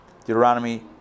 Deuteronomy